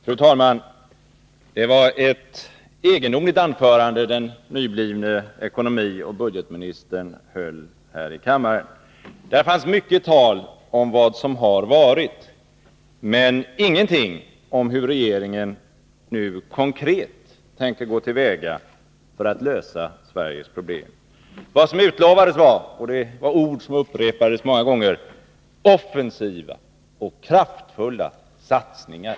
Fru talman! Det var ett egendomligt anförande den nyblivne ekonomioch budgetministern höll här i kammaren. Där fanns mycket tal om vad som har varit men ingenting om hur regeringen nu konkret tänker gå till väga för att lösa Sveriges problem. Vad som utlovades var — och det var ord som upprepades många gånger — offensiva och kraftfulla satsningar.